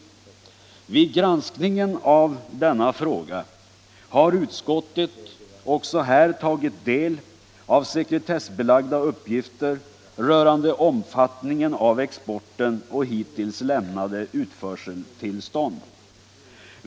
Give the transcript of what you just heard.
Också vid granskningen av denna fråga har utskottet tagit del av sekretessbelagda uppgifter rörande omfattningen av exporten och tidvis lämnade utförseltillstånd.